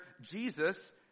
Jesus